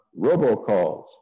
robocalls